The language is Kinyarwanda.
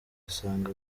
asanga